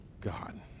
God